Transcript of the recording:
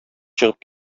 чыгып